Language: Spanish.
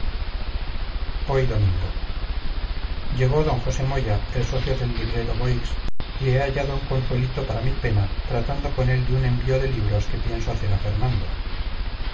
domingo llegó d josé moya el socio del librero boix y he hallado un consuelito a mi pena tratando con él de un envío de libros que pienso hacer a fernando